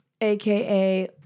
aka